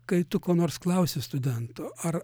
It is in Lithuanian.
kai tu ko nors klausi studento ar